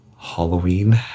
halloween